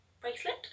bracelet